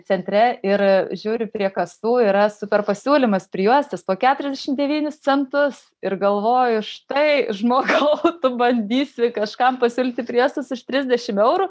centre ir žiūriu prie kasų yra super pasiūlymas prijuostės po keturiasdešim devynis centus ir galvoju štai žmogau tu bandysi kažkam pasiūlyti prijuostes už trisdešim eurų